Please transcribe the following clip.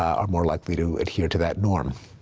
are more likely to adhere to that norm.